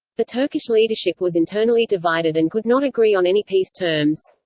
the turkish leadership was internally divided and could not agree on any peace terms.